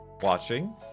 watching